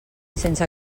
sense